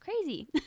crazy